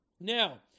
Now